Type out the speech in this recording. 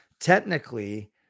technically